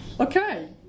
Okay